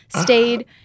stayed